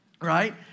right